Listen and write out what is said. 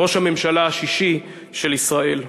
ראש הממשלה השישי של ישראל.